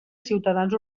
ciutadans